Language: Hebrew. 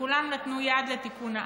וכולם נתנו יד לתיקון העוול.